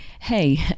hey